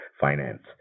finance